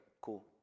cool